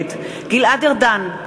נגד גלעד ארדן,